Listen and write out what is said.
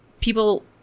people